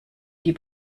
die